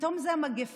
פתאום זו המגפה.